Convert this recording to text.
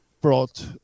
brought